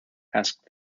asked